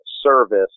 service